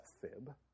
fib